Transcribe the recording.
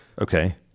Okay